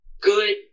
good